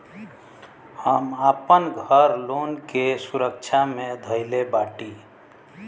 हम आपन घर लोन के सुरक्षा मे धईले बाटी